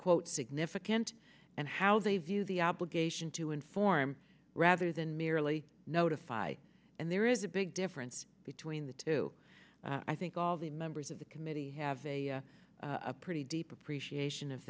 quote significant and how they view the obligation to inform rather than merely notify and there is a big difference between the two i think all the members of the committee have a pretty deep appreciation of